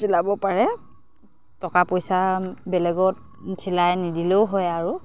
চিলাব পাৰে টকা পইচা বেলেগত চিলাই নিদিলেও হয় আৰু